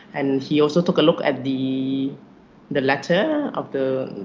and he also took a look at the the letter of the